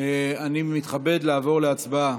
אני מתכבד לעבור להצבעה,